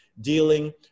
dealing